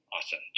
awesome